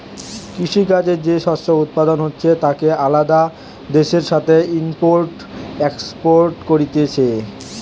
কৃষি কাজে যে শস্য উৎপাদন হচ্ছে তাকে আলাদা দেশের সাথে ইম্পোর্ট এক্সপোর্ট কোরছে